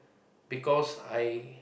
because I